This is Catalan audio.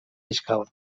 fiscal